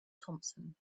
thompson